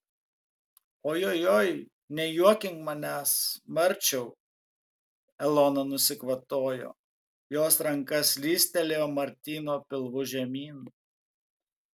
ojojoi nejuokink manęs marčiau elona nusikvatojo jos ranka slystelėjo martyno pilvu žemyn